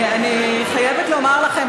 אני חייבת לומר לכם,